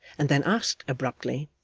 and then asked abruptly,